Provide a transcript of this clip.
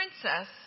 princess